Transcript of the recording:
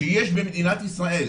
שיש במדינת ישראל,